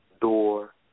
door